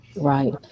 Right